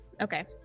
Okay